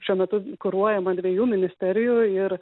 šiuo metu kuruojama dviejų ministerijų ir